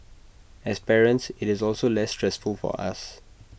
as parents IT is also less stressful for us